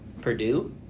Purdue